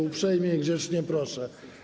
Uprzejmie i grzecznie proszę.